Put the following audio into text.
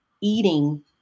Eating